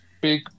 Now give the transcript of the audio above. big